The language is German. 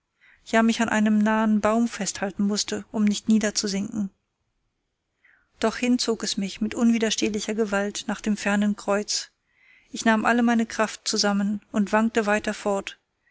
ja mich an einen nahen baum festhalten mußte um nicht niederzusinken doch hin zog es mich mit unwiderstehlicher gewalt nach dem fernen kreuz ich nahm alle meine kraft zusammen und wankte weiter fort